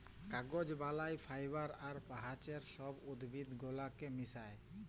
কাগজ বালায় ফাইবার আর গাহাচের ছব উদ্ভিদ গুলাকে মিশাঁয়